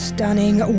Stunning